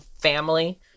family